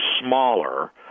smaller